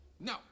No